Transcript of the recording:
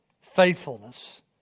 Faithfulness